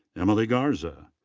emily garza.